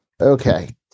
Okay